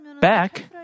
back